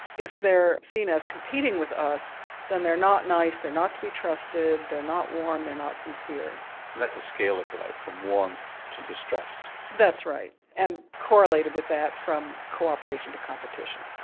if they're seen as competing with us then they're not nice, they're not to be trusted, they're not warm, they're not sincere. so that's a scale, if you like, from warmth to distrust? that's right and correlated with that, from cooperation to competition.